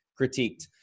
critiqued